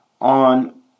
on